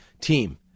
team